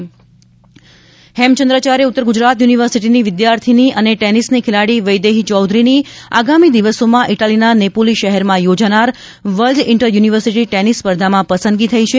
Vaidehi Chaudhary tennis ખેલાડી હેમચંદ્રાચાર્ય ઉત્તર ગુજરાત યુનિવર્સિટીની વિદ્યાર્થીની અને ટિનિસની ખેલાડી વૈદેહી ચૌધરીની આગામી દિવસોમાં ઇટાલીના નેપોલી શહેરમાં યોજાનાર વર્લ્ડ ઇન્ટર યુનિવર્સિટી ટેનિસ સ્પર્ધામાં પસંદગી થઈ છે